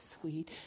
Sweet